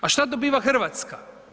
A šta dobiva Hrvatska?